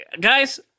guys